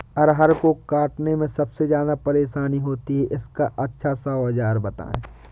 अरहर को काटने में सबसे ज्यादा परेशानी होती है इसका अच्छा सा औजार बताएं?